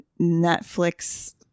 netflix